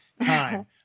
time